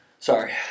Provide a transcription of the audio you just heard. Sorry